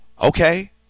Okay